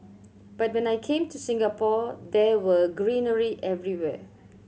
but when I came to Singapore there were greenery everywhere